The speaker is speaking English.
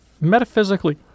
metaphysically